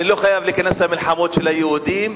אני לא חייב להיכנס למלחמות של היהודים.